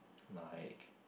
like